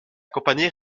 compagnie